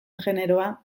generoa